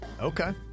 Okay